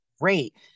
great